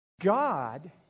god